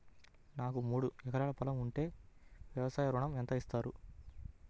నాకు మూడు ఎకరాలు పొలం ఉంటే వ్యవసాయ ఋణం ఎంత ఇస్తారు?